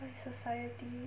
by society